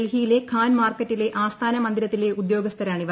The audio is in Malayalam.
ഡൽഹിയിലെ ഖാൻ മാർക്കറ്റിലെ ആസ്ഥാന മന്ദിരത്തിലെ ഉദ്യോഗസ്ഥരാ ണിവർ